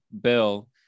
Bill